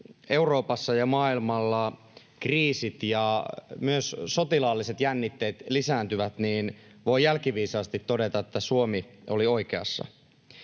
Euroopassa ja maailmalla kriisit ja myös sotilaalliset jännitteet lisääntyvät, niin voi jälkiviisaasti todeta, että Suomi oli oikeassa.